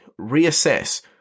reassess